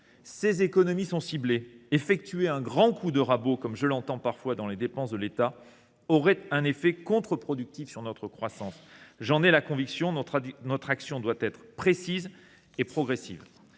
Ces économies sont ciblées. Effectuer un grand coup de rabot – comme je l’entends dire parfois – dans les dépenses de l’État aurait un effet contre productif sur notre croissance. J’en ai la conviction. Notre action doit donc être précise et progressive.